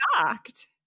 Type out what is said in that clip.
shocked